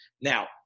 Now